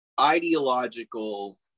ideological